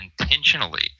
intentionally